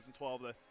2012